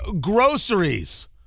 groceries